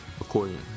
according